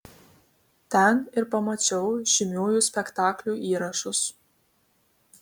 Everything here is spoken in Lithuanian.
ten ir pamačiau žymiųjų spektaklių įrašus